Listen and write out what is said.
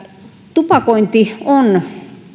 tupakointi on